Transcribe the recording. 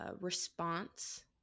response